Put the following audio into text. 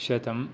शतम्